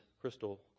crystal